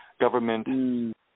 government